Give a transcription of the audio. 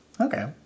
Okay